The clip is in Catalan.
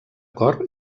cor